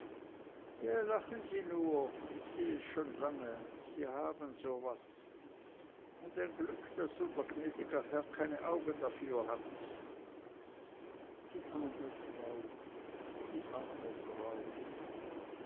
ja lachen sie nur ich seh es schon lange sie haben so was und ein glück daß unser gnäd'ger herr keine augen dafür hat die arme frau die arme frau